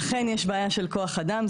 אכן יש בעיה של כוח אדם,